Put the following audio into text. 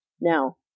Now